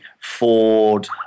Ford